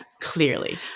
clearly